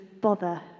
bother